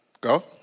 Go